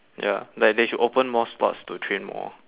ya like they should open more slots to train more